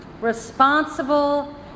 responsible